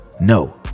No